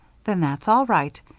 then that's all right.